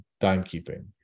timekeeping